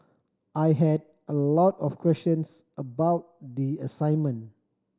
I had a lot of questions about the assignment